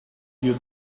you